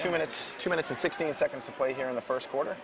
two minutes two minutes and sixteen seconds of play here in the first quarter